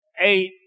Eight